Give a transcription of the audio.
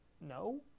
no